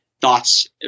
thoughts